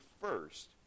first